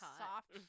soft